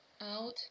out